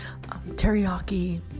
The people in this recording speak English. teriyaki